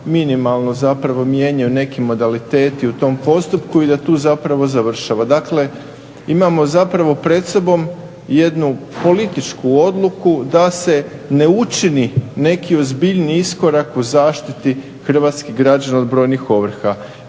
minimalno zapravo mijenjaju neki modaliteti u tom postupku i da tu zapravo završava. Dakle, imamo zapravo pred sobom jednu političku odluku da se ne učini neki ozbiljniji iskorak u zaštiti hrvatskih građana od brojnih ovrha.